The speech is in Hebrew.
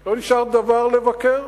לא נשאר דבר לבקר.